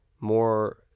more